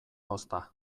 ozta